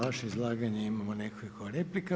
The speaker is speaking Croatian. Na vaše izlaganje imamo nekoliko replika.